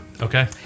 Okay